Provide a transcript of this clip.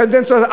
קדנציות,